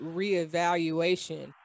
reevaluation